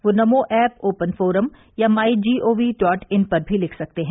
वे Namo app open forum या my G O V dot in पर भी लिख सकते हैं